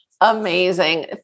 Amazing